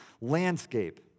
landscape